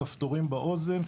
כפתורים באוזן,